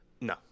no